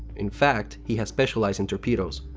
in fact, he has specialized in torpedoes.